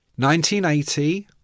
1980